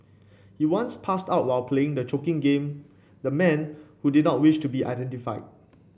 he once passed out while playing the choking game the man who did not wish to be identified